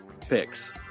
picks